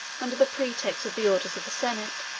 under the pretext of the orders of the senate,